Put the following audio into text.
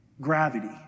Gravity